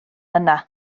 yna